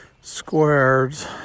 squares